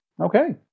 Okay